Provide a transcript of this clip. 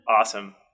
Awesome